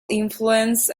influence